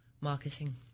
Marketing